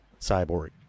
cyborg